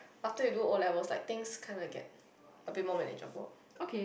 after you do O-levels like things kind of get a bit more manageable